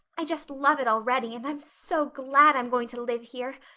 i just love it already, and i'm so glad i'm going to live here.